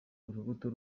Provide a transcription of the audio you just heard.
urubuto